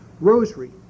Rosary